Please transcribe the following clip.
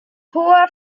hoher